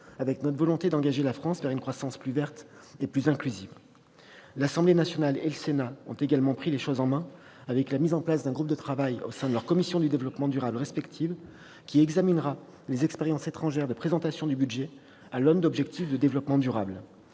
avec notre volonté d'engager la France vers une croissance plus verte et plus inclusive ». L'Assemblée nationale et le Sénat ont également pris les choses en main, avec la mise en place, au sein de leurs commissions du développement durable respectives, d'un groupe de travail chargé d'examiner les expériences étrangères de présentation du budget à l'aune d'objectifs de développement durable.